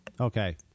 Okay